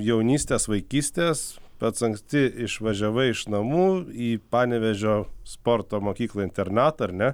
jaunystės vaikystės pats anksti išvažiavai iš namų į panevėžio sporto mokyklą internatą ar ne